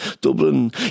Dublin